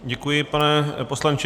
Děkuji, pane poslanče.